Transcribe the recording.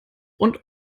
und